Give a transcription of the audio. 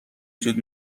جود